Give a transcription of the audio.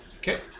Okay